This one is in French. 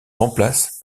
remplace